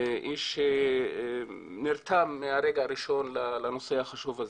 איש שנרתם מהרגע הראשון לנושא החשוב הזה.